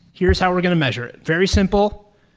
here's how we're going to measure it. very simple,